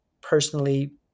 personally